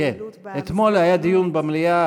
אתמול היה דיון במליאה,